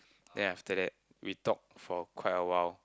then after that we talked for quite awhile